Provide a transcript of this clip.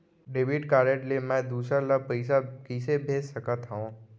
Debit card ले मैं दूसर ला पइसा कइसे भेज सकत हओं?